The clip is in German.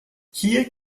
hier